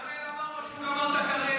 --- גמר את הקריירה.